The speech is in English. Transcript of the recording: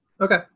Okay